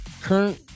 current